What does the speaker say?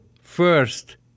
First